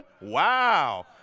Wow